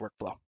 workflow